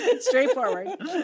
Straightforward